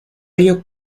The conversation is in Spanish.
ello